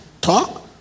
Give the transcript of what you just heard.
talk